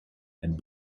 and